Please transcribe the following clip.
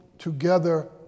Together